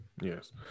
yes